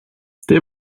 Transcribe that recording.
they